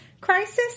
crisis